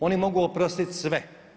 Oni mogu oprasiti sve.